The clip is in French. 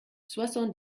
soixante